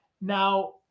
Now